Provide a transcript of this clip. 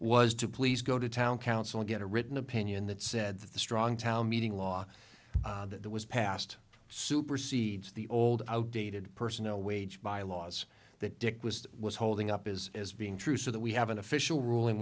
was to please go to town council get a written opinion that said that the strong town meeting law that was passed supersedes the old outdated personal wage bylaws that dick was was holding up as as being true so that we have an official rul